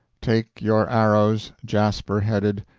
take your arrows, jasper-headed,